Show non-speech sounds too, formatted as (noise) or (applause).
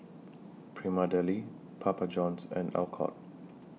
(noise) Prima Deli Papa Johns and Alcott